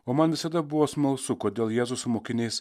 o man visada buvo smalsu kodėl jėzus su mokiniais